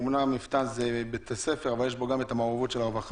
"אמונה מפתן" זה בית ספר אבל יש פה גם את המעורבות של הרווחה.